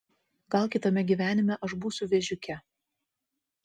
gal kitame gyvenime aš būsiu vėžiuke